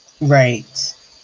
Right